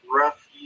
rough